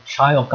Child